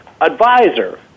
advisor